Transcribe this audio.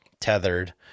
tethered